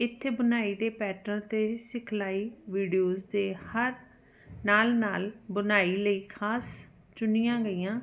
ਇੱਥੇ ਬੁਨਾਈ ਦੇ ਪੈਟਰਨ ਅਤੇ ਸਿਖਲਾਈ ਵੀਡੀਓਜ਼ ਦੇ ਹਰ ਨਾਲ ਨਾਲ ਬੁਨਾਈ ਲਈ ਖਾਸ ਚੁਣੀਆਂ ਗਈਆਂ